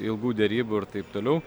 ilgų derybų ir taip toliau